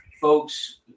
folks